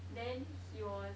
then he was